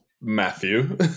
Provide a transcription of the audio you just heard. Matthew